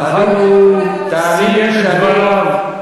מאחר שהוא סיים את דבריו,